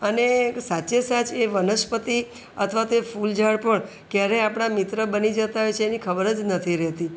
અને સાચે સાચ એ વનસ્પતિ અથવા તો એ ફૂલ ઝાડ પણ ક્યારેય આપણા મિત્ર બની જતા હોય છે એની ખબર જ નથી રહેતી